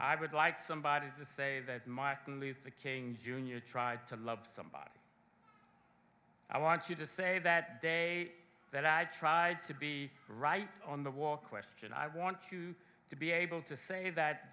i would like somebody to say that my luther king jr tried to love somebody i want you to say that day that i tried to be right on the war question i want you to be able to say that